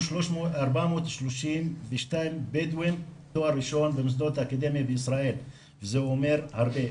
432 בדואים תואר ראשון במוסדות האקדמיים בישראל וזה אומר הרבה.